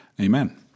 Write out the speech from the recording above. Amen